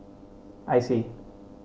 I see